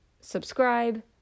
subscribe